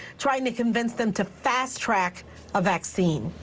trying to convince them to fast track a vaccine.